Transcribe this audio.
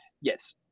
Yes